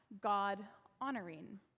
God-honoring